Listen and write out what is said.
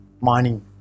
mining